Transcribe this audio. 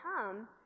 come